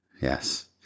yes